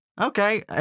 okay